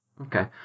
Okay